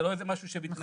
זה לא איזה משהו שמתנהל